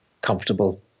comfortable